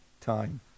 time